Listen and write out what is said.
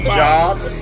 jobs